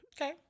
Okay